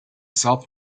south